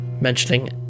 mentioning